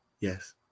Yes